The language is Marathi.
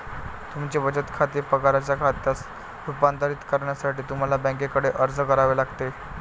तुमचे बचत खाते पगाराच्या खात्यात रूपांतरित करण्यासाठी तुम्हाला बँकेकडे अर्ज करावा लागेल